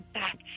back